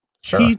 Sure